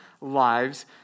lives